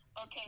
Okay